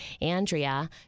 Andrea